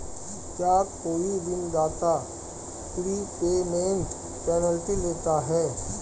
क्या कोई ऋणदाता प्रीपेमेंट पेनल्टी लेता है?